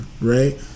right